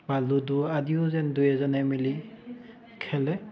বা লুডু আদিও যেন দুই এজনে মিলি খেলে